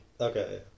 Okay